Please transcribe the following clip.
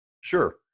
Sure